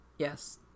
Yes